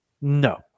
No